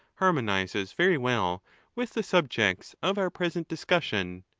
har monizes very well with the subjects of our present discussion.